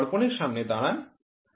আপনি আপনার চোখ দেখতে পাবেন